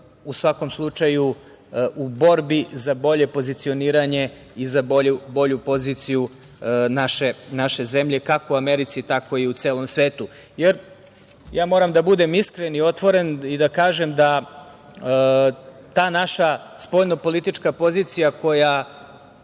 u svakom slučaju u borbi za bolje pozicioniranje i za bolju poziciju naše zemlje, kako u Americi tako i u celom svetu. Moram da budem iskren i otvoren i da kažem da ta naša spoljno-politička pozicija koja